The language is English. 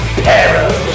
peril